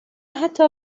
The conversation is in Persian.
حتی